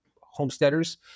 homesteaders